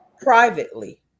privately